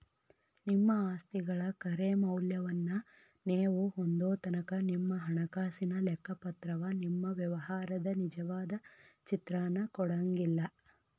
ನಿಮ್ಮ ಆಸ್ತಿಗಳ ಖರೆ ಮೌಲ್ಯವನ್ನ ನೇವು ಹೊಂದೊತನಕಾ ನಿಮ್ಮ ಹಣಕಾಸಿನ ಲೆಕ್ಕಪತ್ರವ ನಿಮ್ಮ ವ್ಯವಹಾರದ ನಿಜವಾದ ಚಿತ್ರಾನ ಕೊಡಂಗಿಲ್ಲಾ